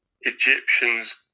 Egyptians